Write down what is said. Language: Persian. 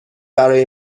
برای